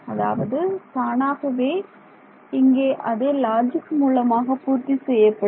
அதாவது தானாகவே இங்கே அதே லாஜிக் மூலமாக பூர்த்தி செய்யப்படும்